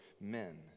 men